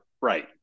Right